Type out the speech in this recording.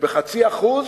וב-0.5%